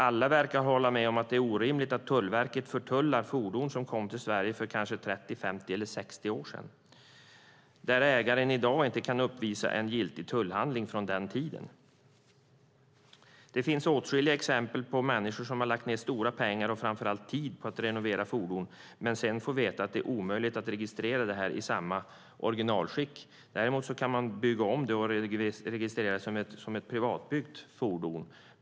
Alla verkar hålla med om att det är orimligt att Tullverket förtullar fordon som kom till Sverige för kanske 30, 50 eller 60 år sedan, där ägaren i dag inte kan uppvisa en giltig tullhandling från den tiden. Det finns åtskilliga exempel på människor som har lagt ned stora pengar och framför allt tid på att renovera ett fordon men sedan får veta att det är omöjligt att registrera det i samma originalskick. Däremot kan man bygga om det och registrera det som ett privatbyggt fordon.